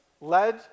led